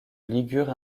ligure